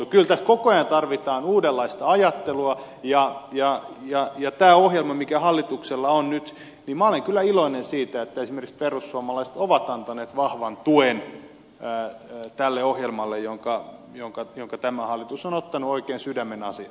kyllä tässä koko ajan tarvitaan uudenlaista ajattelua ja mitä tulee tähän ohjelmaan mikä hallituksella on nyt niin minä olen kyllä iloinen siitä että esimerkiksi perussuomalaiset ovat antaneet vahvan tuen tälle ohjelmalle jonka tämä hallitus on ottanut oikein sydämenasiakseen